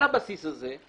הדברים שאני